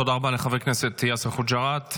תודה רבה לחבר הכנסת יאסר חוג'יראת.